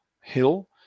hill